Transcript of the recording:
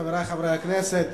חברי חברי הכנסת,